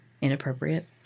Inappropriate